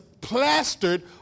plastered